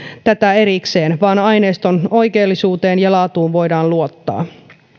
tätä erikseen vaan aineiston oikeellisuuteen ja laatuun voidaan luottaa